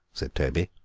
said toby.